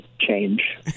change